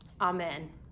Amen